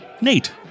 Nate